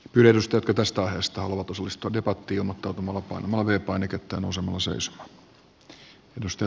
ylennystä tästä ajasta luotu suistodebatti oma tuotanto loppui valve painiketta on osa herra puhemies